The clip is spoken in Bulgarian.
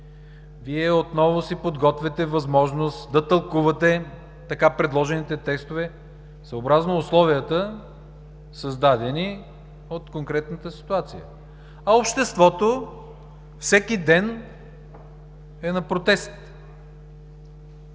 Вие отново си подготвяте възможност да тълкувате така предложените текстове съобразно условията, създадени от конкретната ситуация, а обществото всеки ден е на протест.